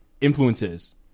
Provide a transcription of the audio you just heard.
Influences